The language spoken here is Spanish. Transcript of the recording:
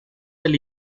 del